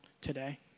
today